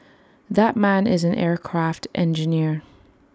that man is an aircraft engineer